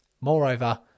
Moreover